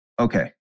Okay